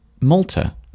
Malta